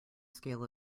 scale